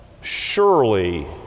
surely